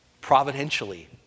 providentially